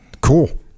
cool